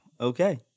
Okay